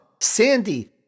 Sandy